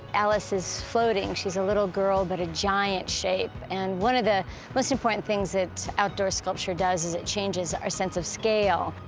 alice is floating, she's a little girl, but a giant shape. and one of the most important things that outdoor sculpture does is it changes our sense of scale.